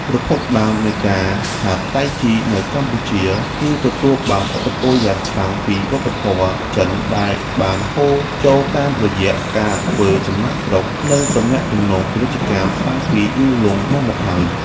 ប្រភពដើមនៃការហាត់តៃជីនៅកម្ពុជា គឺទទួលបានឥទ្ធិពលយ៉ាងខ្លាំងពីវប្បធម៌ចិនដែលបានហូរចូលតាមរយៈការធ្វើចំណាកស្រុក និងទំនាក់ទំនងពាណិជ្ជកម្មតាំងពីយូរលង់ណាស់មកហើយ។